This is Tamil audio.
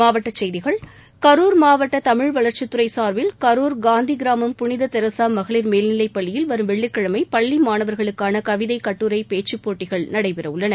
மாவட்டச் செய்திகள் கரூர் மாவட்டதமிழ்வளர்ச்சித்துறைசார்பில் கரூர் காந்திகிராமம் புனிததெரசாமகளிர் மேல்நிலைப்பள்ளியில் வரும் வெள்ளிக்கிழமைபள்ளிமாணவர்களுக்கானகவிதை கட்டூரை பேச்சுப்போட்டிகள் நடைபெறவுள்ளன